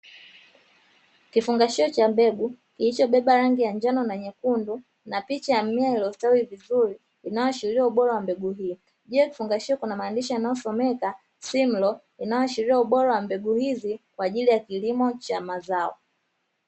Kifungashio cha mbegu, kilichobeba rangi ya njano na nyekundu na picha ya mimea iliyostawi vizuri inayoashiria ubora wa mbegu iyo, juu ya kifungashio kuna maandishi yanayosomeka (Simlaw) inayoashiria ubora wa mbegu hizi kwa ajili ya kilimo cha mazao.